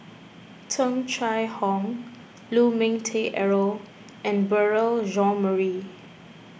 Tung Chye Hong Lu Ming Teh Earl and Beurel Jean Marie